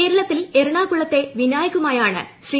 കേരളത്തിൽ എറണാകുളത്തെ വിനായകുമായാണ് ശ്രീ